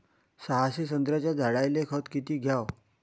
सहाशे संत्र्याच्या झाडायले खत किती घ्याव?